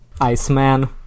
Iceman